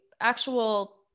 actual